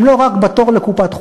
הם לא רק בתור לקופת-חולים,